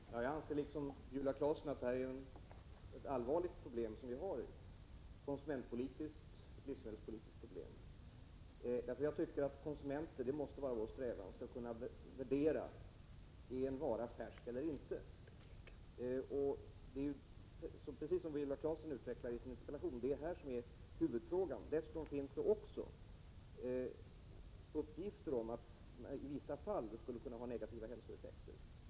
Herr talman! Jag anser, precis som Viola Claesson, att detta är ett allvarligt problem. Det är ett konsumentpolitiskt och livsmedelspolitiskt problem. Strävan måste vara att konsumenten skall kunna bedöma om en vara är färsk eller inte. Precis som Viola Claesson framhåller i sin interpellation är detta huvudfrågan. Dessutom finns uppgifter om att bestrålning i vissa fall skall kunna ge negativa hälsoeffekter.